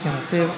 מוותר.